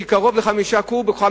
זה קרוב ל-5 קוב,